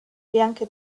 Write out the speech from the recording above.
bianca